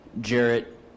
Jarrett